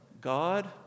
God